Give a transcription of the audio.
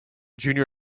junior